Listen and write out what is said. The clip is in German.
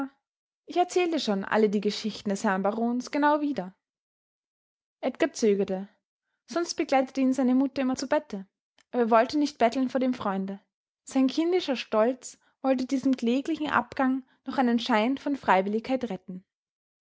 ich erzähl dir schon alle die geschichten des herrn barons genau wieder edgar zögerte sonst begleitete ihn seine mutter immer zu bette aber er wollte nicht betteln vor dem freunde sein kindischer stolz wollte diesem kläglichen abgang noch einen schein von freiwilligkeit retten